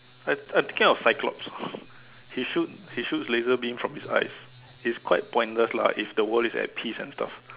I I'm thinking of Cyclops he shoot he shoots laser beam from his eyes he's quite pointless lah if the world is at peace and stuff